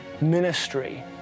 ministry